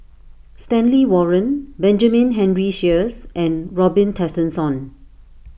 Stanley Warren Benjamin Henry Sheares and Robin Tessensohn